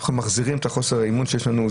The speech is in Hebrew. אנחנו מחזירים את חוסר האמון שיש לנו.